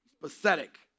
pathetic